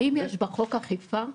האם יש בחוק אכיפה?